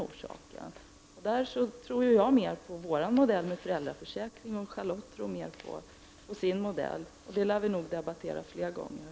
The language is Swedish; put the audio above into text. Jag tror mera på vår modell med föräldraförsäkring, och Charlotte Cederschiöld tror mera på sin modell. Det lär vi nog få debattera fler gånger.